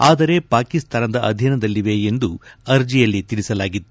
ಆದರೆ ಪಾಕಿಸ್ತಾನದ ಅಧೀನದಲ್ಲಿವೆ ಎಂದು ಅರ್ಜೆಯಲ್ಲಿ ತಿಳಿಸಿಲಾಗಿತ್ತು